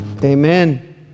Amen